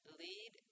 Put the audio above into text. lead